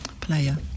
Player